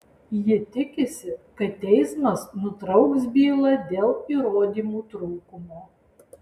ji tikisi kad teismas nutrauks bylą dėl įrodymų trūkumo